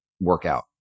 workout